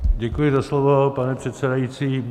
Děkuji za slovo, pane předsedající.